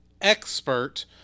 expert